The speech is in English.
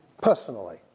personally